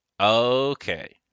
Okay